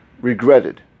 regretted